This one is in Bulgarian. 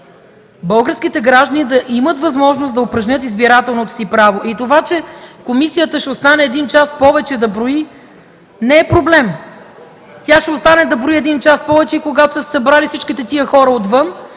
българските граждани да имат възможност да упражнят избирателното си право. Това че комисията ще остане да брои един час повече не е проблем. Тя ще остане да брои един час повече и когато всички тези хора са